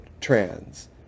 trans